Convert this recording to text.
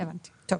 הבנתי, טוב.